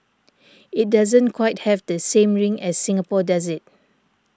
it doesn't quite have the same ring as Singapore does it